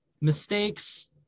mistakes